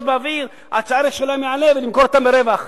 באוויר עד שהערך שלהן יעלה ולמכור אותן ברווח,